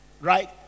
right